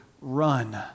run